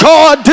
God